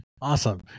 Awesome